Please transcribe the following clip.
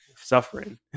suffering